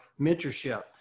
mentorship